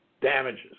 damages